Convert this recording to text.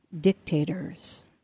dictators